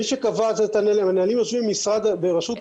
מי שקבע את הנהלים יושבים ברשות האוכלוסין,